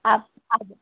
آپ آ جائیں